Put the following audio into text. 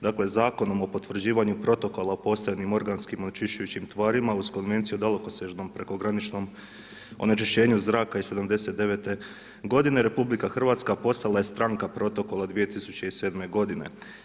Dakle, Zakonom o potvrđivanju Protokola o postojanju organskih onečišćujućim tvarima uz Konvenciju o dalekosežnom prekograničnom onečišćenju zraka iz '79. godine Republika Hrvatska postala je stranka Protokola 2007. godine.